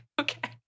okay